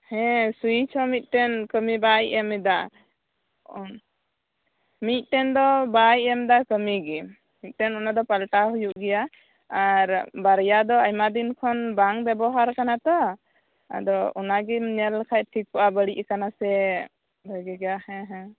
ᱦᱮᱸ ᱥᱩᱭᱤᱪ ᱦᱚᱸ ᱢᱤᱫᱴᱮᱱ ᱠᱟᱹᱢᱤ ᱵᱟᱭ ᱮᱢᱮᱫᱟ ᱚᱻ ᱢᱤᱜᱴᱮᱱ ᱫᱚ ᱵᱟᱭ ᱮᱢ ᱮᱫᱟ ᱠᱟᱹᱢᱤ ᱜᱮ ᱢᱤᱫᱴᱮᱱ ᱚᱱᱟ ᱫᱚ ᱯᱟᱞᱴᱟᱣ ᱦᱩᱭᱩᱜ ᱜᱮᱭᱟ ᱟᱨ ᱵᱟᱨᱭᱟ ᱫᱚ ᱟᱭᱢᱟ ᱫᱤᱱ ᱠᱷᱚᱱ ᱵᱟᱝ ᱵᱮᱵᱚᱦᱟᱨ ᱠᱟᱱᱟ ᱛᱚ ᱟᱫᱚ ᱚᱱᱟᱜᱮᱢ ᱧᱮᱞ ᱞᱮᱠᱷᱟᱡ ᱫᱚ ᱴᱷᱤᱠ ᱠᱚᱜᱼᱟ ᱵᱟᱹᱲᱤᱡ ᱠᱟᱱᱟ ᱥᱮ ᱵᱷᱟᱜᱮ ᱜᱮᱭᱟ ᱦᱮᱸ ᱦᱮᱸ